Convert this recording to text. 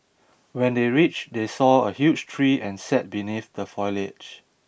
when they reached they saw a huge tree and sat beneath the foliage